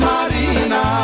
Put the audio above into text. Marina